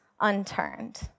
unturned